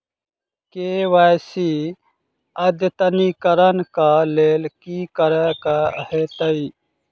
KYC अद्यतनीकरण कऽ लेल की करऽ कऽ हेतइ?